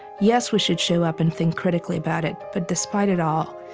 yes, we should show up and think critically about it. but despite it all,